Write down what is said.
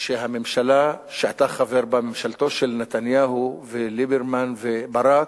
שהממשלה שאתה חבר בה, ממשלת נתניהו, וליברמן וברק,